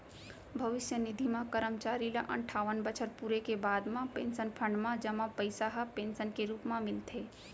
भविस्य निधि म करमचारी ल अनठावन बछर पूरे के बाद म पेंसन फंड म जमा पइसा ह पेंसन के रूप म मिलथे